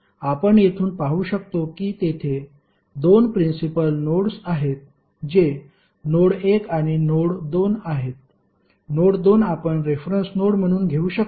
आपण येथून पाहू शकतो की तेथे दोन प्रिन्सिपल नोड्स आहेत जे नोड 1 आणि नोड 2 आहेत नोड 2 आपण रेफरन्स नोड म्हणून घेऊ शकतो